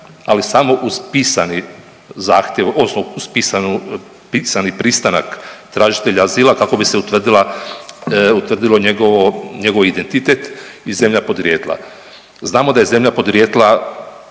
ali samo uz pisani zahtjev, odnosno pisani pristanak tražitelja azila kako bi se utvrdilo njegov identitet i zemlja podrijetla. Znamo da je zemlja podrijetla